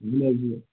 نہَ حظ نہَ